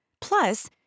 Plus